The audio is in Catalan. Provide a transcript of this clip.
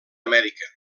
amèrica